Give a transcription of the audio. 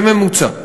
בממוצע.